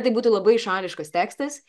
tai būtų labai šališkas tekstas